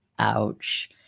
Ouch